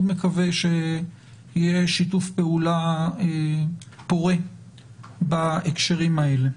מקווה שיהיה שיתוף פעולה פורה בהקשרים האלה.